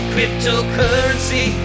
Cryptocurrency